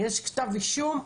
יש כתב אישום.